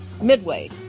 Midway